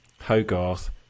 Hogarth